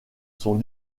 sont